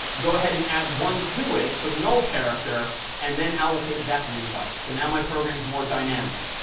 go ahead and add one to it for the null character and then allocate that many bytes. so now my program's more dynamic.